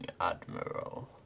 Admiral